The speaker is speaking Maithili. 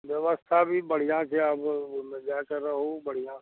व्यवस्था भी बढ़िआँ छै आब ओहिमे जाके रहू बढ़िआँ से